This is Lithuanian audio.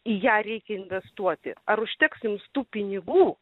į ją reikia investuoti ar užteks jums tų pinigų